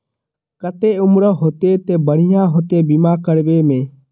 केते उम्र होते ते बढ़िया होते बीमा करबे में?